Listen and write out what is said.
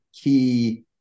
key